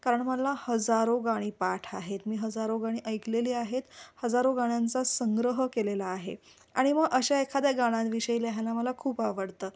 कारण मला हजारो गाणी पाठ आहेत मी हजारो गाणी ऐकलेली आहेत हजारो गाण्यांचा संग्रह केलेला आहे आणि मग अशा एखाद्या गाण्यांविषयी लिहायला मला खूप आवडतं